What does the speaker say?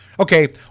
Okay